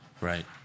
Right